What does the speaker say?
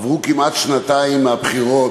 עברו כמעט שנתיים מהבחירות,